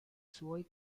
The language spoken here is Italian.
suoi